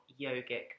yogic